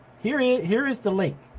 here yeah here is the link,